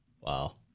wow